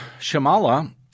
Shamala